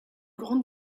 grande